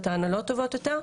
את ההנהלות טובות יותר.